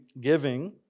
giving